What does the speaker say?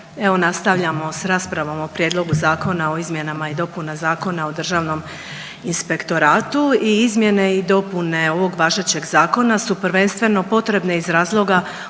Evo nastavljamo s raspravom o Prijedlogu zakona o izmjenama i dopunama Zakona o Državnom inspektoratu. I izmjene i dopune ovog važećeg Zakona su prvenstveno potrebne iz razloga